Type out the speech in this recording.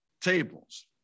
tables